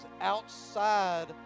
outside